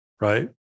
right